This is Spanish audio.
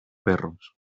perros